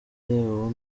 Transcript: ubu